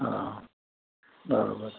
हा बराबरि